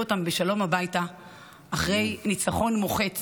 אותם בשלום הביתה אחרי ניצחון מוחץ